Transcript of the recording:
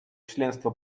членство